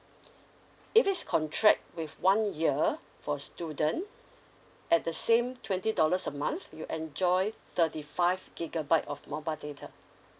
if is contract with one year for student at the same twenty dollars a month you enjoy thirty five gigabyte of mobile data